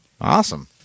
Awesome